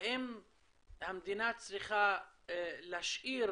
האם המדינה צריכה להשאיר